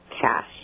cash